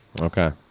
Okay